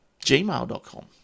gmail.com